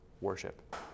worship